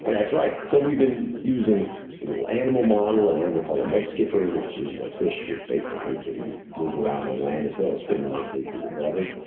and that's right. so we've been using a little animal model, an animal called a mudskipper, which is a fish which basically can move around on land as well as swim nicely through the water.